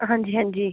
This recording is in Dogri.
हंजी हंजी